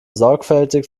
sorgfältig